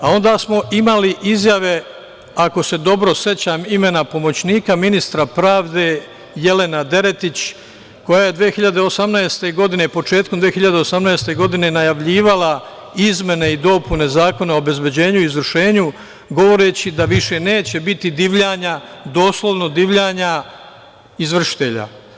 A onda smo imali izjave, ako se dobro sećam imena pomoćnika ministra pravde, Jelena Deretić, koja je 2018. godine, početkom 2018. godine, najavljivala izmene i dopune Zakona o obezbeđenju i izvršenju, govoreći da više neće biti divljanja, doslovno divljanja, izvršitelja.